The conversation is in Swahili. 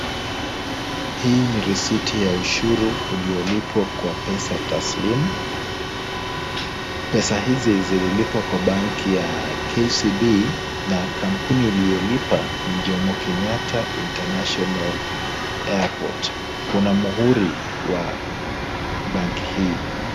Hii ni risiti ya ushuru uliolipwa kwa pesa taslimu. Pesa hizi zililipwa kwa banki ya KCB na kampuni iliyolipa ni Jomo Kenyatta International Airport. Kuna mhuri wa banki hii.